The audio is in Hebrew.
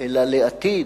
אלא לעתיד,